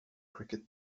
cricket